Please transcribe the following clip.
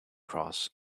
cross